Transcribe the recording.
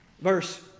verse